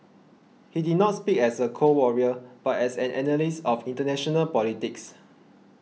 he did not speak as a Cold Warrior but as an analyst of international politics